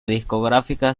discográfica